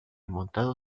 montado